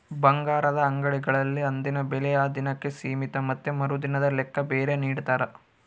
ಬಂಗಾರದ ಅಂಗಡಿಗಳಲ್ಲಿ ಅಂದಿನ ಬೆಲೆ ಆ ದಿನಕ್ಕೆ ಸೀಮಿತ ಮತ್ತೆ ಮರುದಿನದ ಲೆಕ್ಕ ಬೇರೆ ನಿಡ್ತಾರ